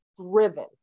driven